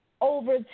over